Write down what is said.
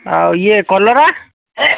ଆଉ ଇଏ କଲରା